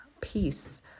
peace